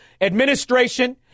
administration